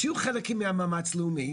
תהיו חלקים מהמאמץ הלאומי,